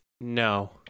No